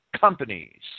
companies